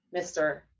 mr